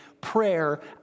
prayer